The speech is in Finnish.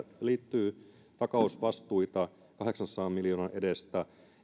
liittyy takausvastuita kahdeksansadan miljoonan edestä